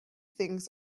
things